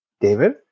David